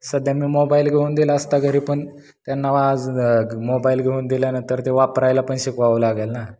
सध्या मी मोबाईल घेऊन दिला असता घरी पण त्यांना आज मोबाईल घेऊन दिल्यानंतर ते वापरायला पण शिकवावं लागेल ना